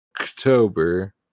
October